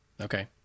okay